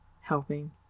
helping